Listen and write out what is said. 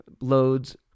loads